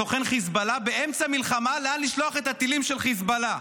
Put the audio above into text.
חיזבאללה באמצע מלחמה לאן לשלוח את הטילים של חיזבאללה.